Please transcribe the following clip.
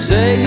Say